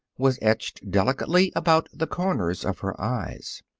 was etched delicately about the corners of her eyes.